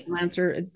answer